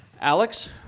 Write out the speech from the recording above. Alex